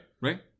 right